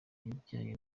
ibijyanye